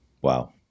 Wow